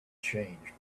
changed